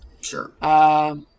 Sure